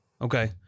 Okay